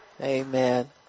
Amen